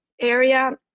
area